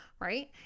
right